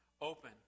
open